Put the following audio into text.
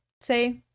say